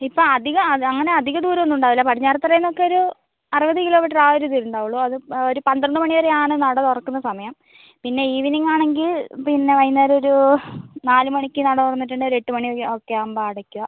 ഇപ്പോൾ അധികം അങ്ങനെ അധിക ദൂരമൊന്നും ഉണ്ടാവില്ല പടിഞ്ഞാറത്തറ എന്നൊക്കെ ഒരു അറുപത് കിലോമീറ്റർ ഒരു ഇത് ഉണ്ടാവുകയുള്ളു ഒരു പന്ത്രണ്ട് വരെയാണ് നട തുറക്കുന്ന സമയം പിന്നെ ഈവെനിംഗ് ആണെങ്കിൽ പിന്നെ വൈന്നേരം ഒരു നാലു മണിക്ക് നട തുറന്നിട്ട് എട്ട് മണി ഒക്കെ ആകുമ്പോൾ അടയ്ക്കുക